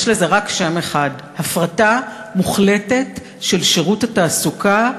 יש לזה רק שם אחד: הפרטה מוחלטת של שירות התעסוקה,